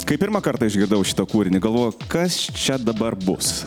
kai pirmą kartą išgirdau šitą kūrinį galvojau kas čia dabar bus